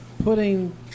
Putting